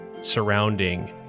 surrounding